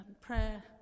prayer